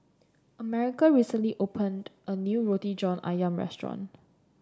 America recently opened a new Roti John ayam restaurant